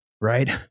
right